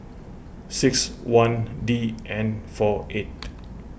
six one D N four eight